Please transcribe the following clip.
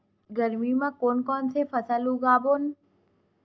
गरमी मा कोन कौन से फसल उगाबोन?